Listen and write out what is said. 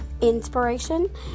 inspiration